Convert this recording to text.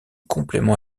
complément